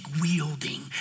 wielding